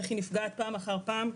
איך היא נפגעת פעם אחר פעם.